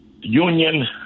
Union